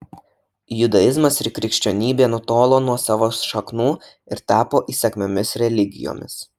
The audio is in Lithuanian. judaizmas ir krikščionybė nutolo nuo savo šaknų ir tapo įsakmiomis religijomis